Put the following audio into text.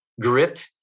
grit